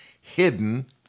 hidden